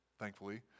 thankfully